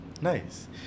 Nice